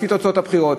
לפי תוצאות הבחירות.